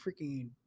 freaking